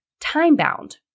time-bound